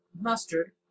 mustard